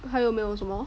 还有没有什么